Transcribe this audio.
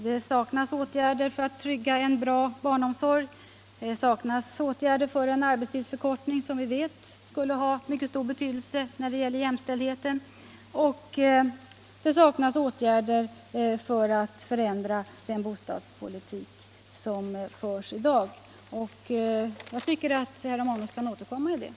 Det saknas åtgärder för att trygga en bra barnomsorg och för en arbetstidsförkortning som vi vet skulle ha stor betydelse. Det saknas åtgärder för att förändra den bostadspolitik som förs i dag. Jag tycker att herr Romanus kan återkomma om detta.